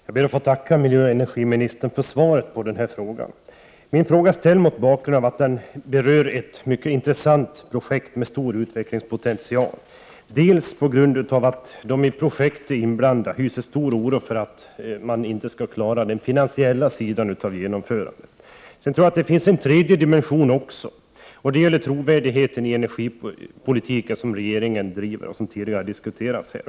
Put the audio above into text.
Herr talman! Jag ber att få tacka miljöoch energiministern för svaret på min fråga. Den är ställd mot bakgrund av att den berör ett mycket intressant projekt med stor utvecklingspotential. De i projektet inblandade hyser stor oro för att man inte skall kunna klara den finansiella sidan av genomförandet. Ytterligare en dimension gäller trovärdigheten i den energipolitik som regeringen bedriver och som tidigare har diskuterats här.